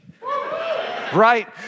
right